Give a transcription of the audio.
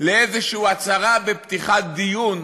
לאיזושהי הצהרה בפתיחת דיון,